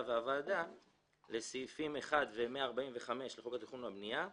והוועדה לסעיפים 1 ו-145 לחוק התכנון והבנייה,